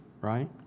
right